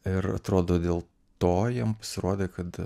ir atrodo dėl to jam pasirodė kad